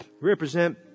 represent